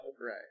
right